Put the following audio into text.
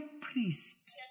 priest